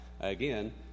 again